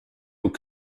aux